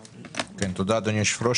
תודה, אדוני היושב-ראש.